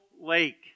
lake